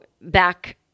back